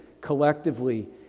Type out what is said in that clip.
collectively